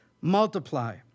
multiply